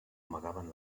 amagaven